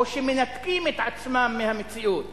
או שמנתקים את עצמם מהמציאות